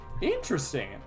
Interesting